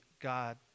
God